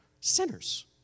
Sinners